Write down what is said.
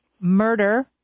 murder